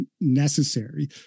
necessary